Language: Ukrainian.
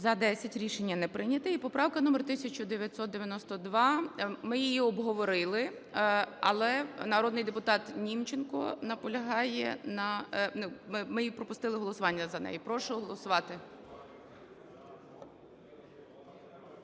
За-10 Рішення не прийнято. І поправка номер 1992. Ми її обговорили, але народний депутат Німченко наполягає на… Ми пропустили голосування за неї. Прошу проголосувати.